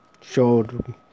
showed